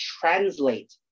translate